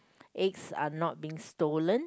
eggs are not being stolen